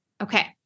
Okay